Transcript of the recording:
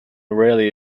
really